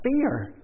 fear